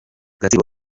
gatsibo